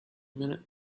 minute